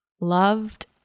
loved